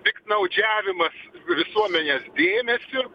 piktnaudžiavimas visuomenės dėmesiu